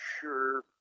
sure